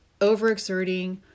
overexerting